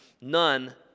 None